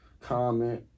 comment